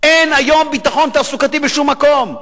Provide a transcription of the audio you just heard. אין היום ביטחון תעסוקתי בשום מקום.